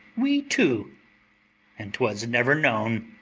we two and twas never known,